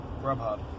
GrubHub